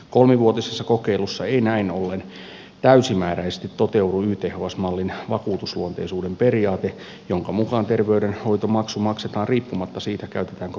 kolmivuotisessa kokeilussa ei näin ollen täysimääräisesti toteudu yths mallin vakuutusluonteisuuden periaate jonka mukaan terveydenhoitomaksu maksetaan riippumatta siitä käytetäänkö palveluita vai ei